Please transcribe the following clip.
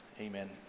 Amen